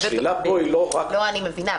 אני מבינה.